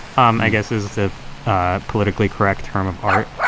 um i guess is the ah politically correct term of art.